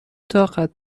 طاقت